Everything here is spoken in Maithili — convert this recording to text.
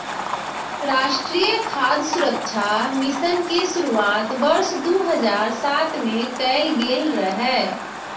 राष्ट्रीय खाद्य सुरक्षा मिशन के शुरुआत वर्ष दू हजार सात मे कैल गेल रहै